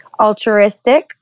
altruistic